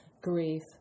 grief